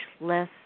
less